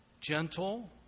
gentle